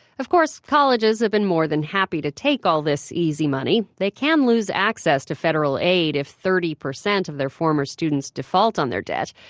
of course, colleges have been more than happy to take all this easy money. they can lose access to federal aid, if thirty percent of their former students default on their debt.